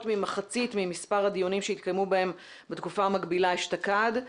ממחצית ממספר הדיונים שהתקיימו בתקופה המקבילה אשתקד.